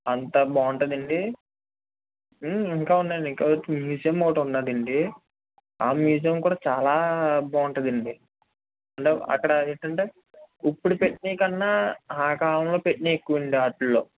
అంతా బాగుంటుంది అండి ఇంకా ఉందండి ఇంకా మ్యూజియం ఒకటి ఉంది అండి ఆ మ్యూజియం కూడా చాలా బాగుంటుంది అండి అంటే అక్కడ ఏంటి అండి ఇప్పుడు పెట్టినవి కన్నా ఆ కాలంలో పెట్టినవి ఎక్కువ అండి వాటిలో